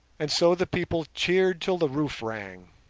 and so the people cheered till the roof rang